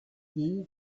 dei